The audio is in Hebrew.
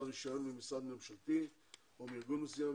רישיון ממשרד ממשלתי או מארגון מסוים,